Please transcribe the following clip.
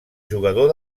jugador